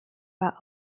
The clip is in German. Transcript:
war